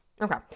Okay